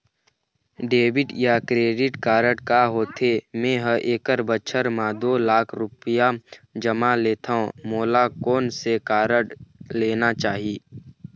Debit या credit card का होथे, मे ह एक बछर म दो लाख रुपया कमा लेथव मोला कोन से कारड लेना चाही?